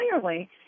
clearly